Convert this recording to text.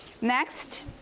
Next